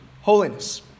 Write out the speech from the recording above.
holiness